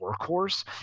workhorse